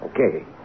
Okay